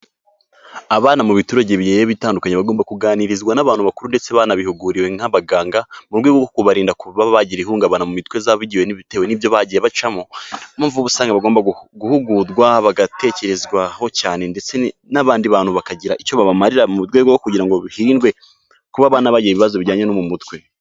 Abana mu biturage bigiye bitandukanye bagomba kuganirizwa n'abantu bakuru ndetse banabihuguriwe nk'abaganga, mu rwego rwo kubarinda kuba bagira ihungabana mu mitwe yabo bitewe n'ibyo bagiye bacamo, ni yo mpamvu uba usanga bagomba guhugurwa, bagatekerezwaho cyane, ndetse n'abandi bantu bakagira icyo babamarira mu rwego rwo kugira ngo hirindwe kuba abana bagira ibibazo bijyanye no mu mutwe.